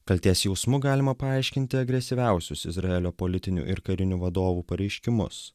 kaltės jausmu galima paaiškinti agresyviausius izraelio politinių ir karinių vadovų pareiškimus